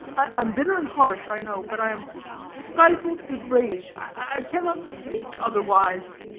i am bitter and harsh, i know, but i am stifled with rage. i cannot speak otherwise.